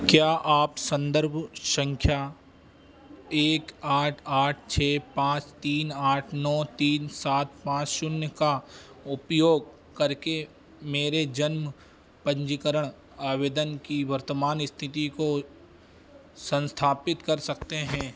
क्या आप संदर्भ संख्या एक आठ आठ छः पाँच तीन आठ नौ तीन सात पाँच शून्य का उपयोग करके मेरे जन्म पंजीकरण आवेदन की वर्तमान स्थिति को संस्थापित कर सकते हैं